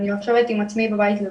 אני יושבת עם עצמי בבית לבד.